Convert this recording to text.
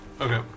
Okay